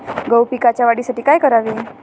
गहू पिकाच्या वाढीसाठी काय करावे?